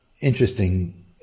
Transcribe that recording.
interesting